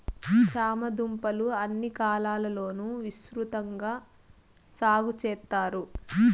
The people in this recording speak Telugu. చామ దుంపలు అన్ని కాలాల లోనూ విసృతంగా సాగు చెత్తారు